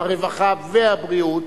הרווחה והבריאות